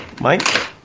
Mike